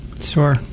Sure